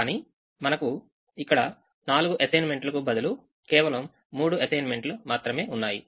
కానీ మనకు ఇక్కడ 4 అసైన్మెంట్లుకు బదులు కేవలం 3 అసైన్మెంట్లు మాత్రమే ఉన్నాయి